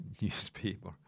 newspaper